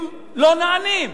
הם לא נענים.